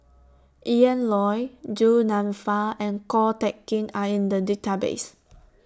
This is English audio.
Ian Loy Du Nanfa and Ko Teck Kin Are in The Database